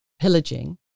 pillaging